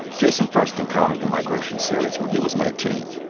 jason first encountered the migration series when he was nineteen